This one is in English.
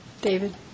David